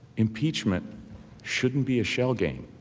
impeachment should not be a shell game.